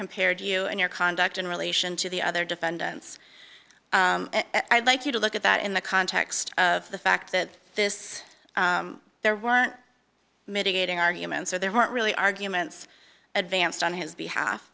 compared you and your conduct in relation to the other defendants i'd like you to look at that in the context of the fact that this there weren't mitigating arguments or there weren't really arguments advanced on his behalf